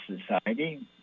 society